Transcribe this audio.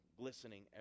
glistening